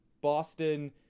Boston